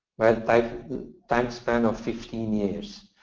like time span of fifteen years.